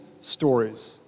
stories